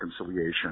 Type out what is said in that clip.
reconciliation